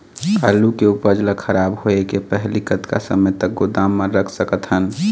आलू के उपज ला खराब होय के पहली कतका समय तक गोदाम म रख सकत हन?